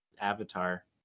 Avatar